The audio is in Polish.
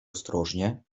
ostrożnie